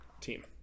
team